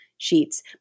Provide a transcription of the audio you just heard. sheets